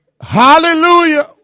Hallelujah